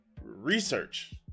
research